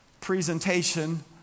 presentation